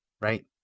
right